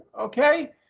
okay